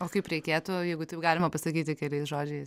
o kaip reikėtų jeigu taip galima pasakyti keliais žodžiais